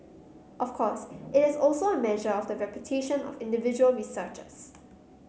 of course it is also a measure of the reputation of individual researchers